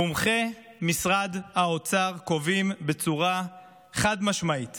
מומחי משרד האוצר קובעים בצורה חד-משמעית